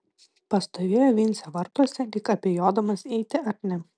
pastovėjo vincė vartuose lyg abejodamas eiti ar ne